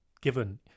given